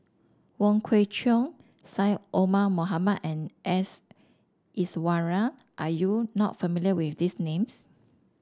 Wong Kwei Cheong Syed Omar Mohamed and S Iswaran are you not familiar with these names